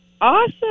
Awesome